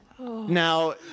Now